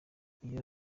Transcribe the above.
iyo